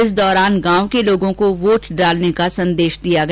इस दौरान गांव के लोगों को वोट डालने का संदेश दिया गया